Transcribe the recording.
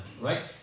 right